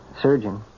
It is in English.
surgeon